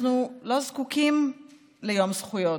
אנחנו לא זקוקים ליום זכויות,